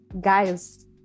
guys